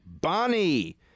Bonnie